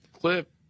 clip